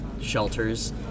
shelters